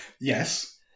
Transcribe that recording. Yes